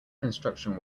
construction